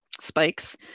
spikes